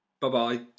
Bye-bye